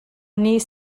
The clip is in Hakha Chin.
nih